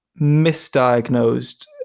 misdiagnosed